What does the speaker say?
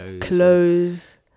clothes